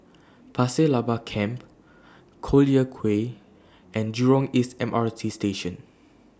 Pasir Laba Camp Collyer Quay and Jurong East M R T Station